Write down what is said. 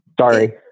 Sorry